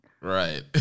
Right